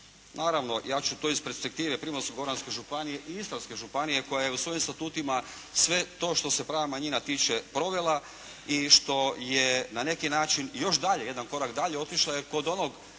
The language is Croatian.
Naravno, ja ću to iz perspektive Primorsko-goranske županije i Istarske županije koja je u svojim statutima sve to što se prava manjina tiče provela i što je na neki način još dalje, jedan korak dalje otišla jer kod onog